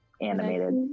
animated